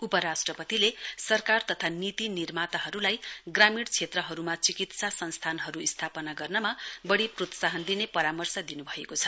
उपराष्ट्रपतिले सरकार तथा नीति निर्माताहरुलाई ग्रामीण क्षेत्रहरुमा चिकित्सा संस्थानहरु स्थापना गर्नमा वढ़ी प्रोत्साहन दिने परामर्श दिनुभएको छ